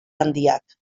handiak